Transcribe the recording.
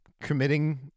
committing